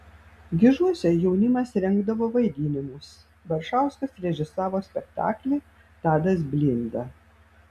gižuose jaunimas rengdavo vaidinimus baršauskas režisavo spektaklį tadas blinda